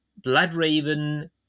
Bloodraven